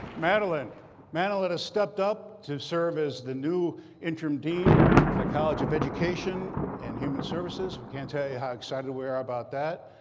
madeline madeleine has stepped up to serve as the new interim dean for the college of education and human services. we can't tell you how excited we are about that.